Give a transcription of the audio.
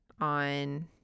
on